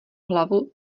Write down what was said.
hlavu